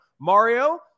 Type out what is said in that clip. Mario